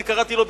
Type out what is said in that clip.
אני קראתי לו,